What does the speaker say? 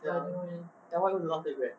ya lor then what you gonna do after you grad